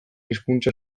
hizkuntza